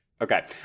Okay